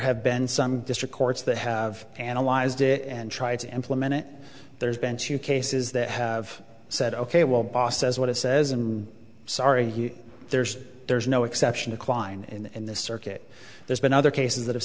have been some district courts that have analyzed it and tried to implement it there's been two cases that have said ok well boss says what it says and sorry there's there's no exception to kline in this circuit there's been other cases that have